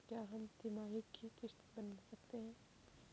क्या हम तिमाही की किस्त बना सकते हैं?